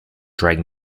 drag